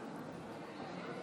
אדוני